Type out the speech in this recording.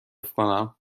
کنم